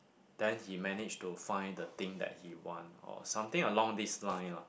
then he manage to find the thing that he want or something along this line lah